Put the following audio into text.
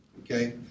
Okay